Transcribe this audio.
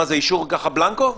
מה זה אישור ככה בלנקו?